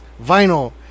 vinyl